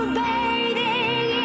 bathing